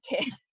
kid